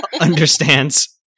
understands